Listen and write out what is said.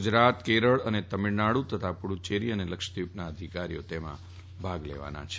ગુજરાત કેરળ તમીલનાડુ તથા પુડચ્ચેરી અને લક્ષદ્વીપના અધિકારીઓ તેમાં ભાગ લેવાના છે